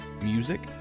music